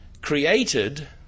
created